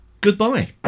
Goodbye